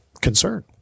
concern